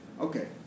Okay